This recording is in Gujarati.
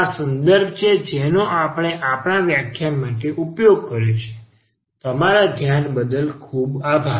આ તે સંદર્ભો છે જેનો આપણે વ્યાખ્યાન માટે ઉપયોગ કર્યો છે તમારા ધ્યાન બદલ આભાર